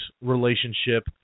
relationship